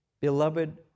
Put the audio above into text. beloved